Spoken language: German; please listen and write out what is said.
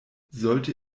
sollte